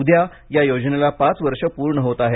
उद्या या योजनेला पाच वर्ष पूर्ण होत आहेत